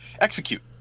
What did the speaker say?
execute